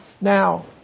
Now